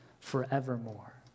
forevermore